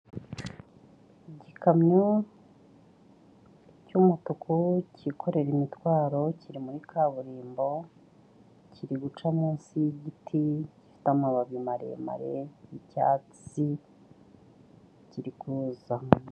Igikamyo cy'umutuku kikorera imitwaro kiri muri kaburimbo, kiri guca munsi y'igiti gifite amababi maremare y'icyatsi kiri kuza.